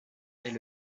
est